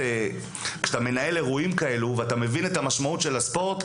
כשאתה מנהל אירועים כאלה ומבין את המשמעות של הספורט,